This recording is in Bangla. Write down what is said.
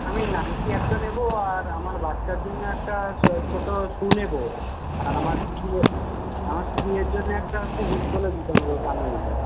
আমি নাইকি একটা নেব আর আমার বাচ্চার জন্য একটা ছোটো শ্যু নেব আর আমার স্ত্রীয়ের আমার স্ত্রীয়ের জন্য একটা হচ্ছে হিল তোলা জুতো নেব দামি দেখে